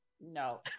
No